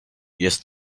jest